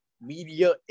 media